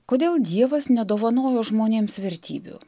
kodėl dievas nedovanojo žmonėms vertybių